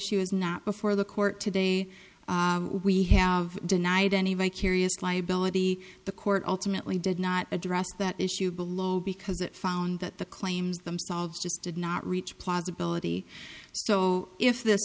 is not before the court today we have denied any vicarious liability the court ultimately did not address that issue below because it found that the claims themselves just did not reach plausibility so if th